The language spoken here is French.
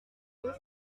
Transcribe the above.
deux